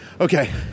Okay